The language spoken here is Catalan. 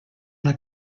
una